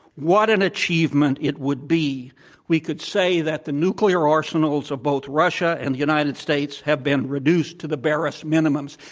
what an achievement it would be we could say that the nuclear arsenals of both russia and the united states have been reduced to the barest minimums.